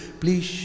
please